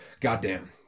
goddamn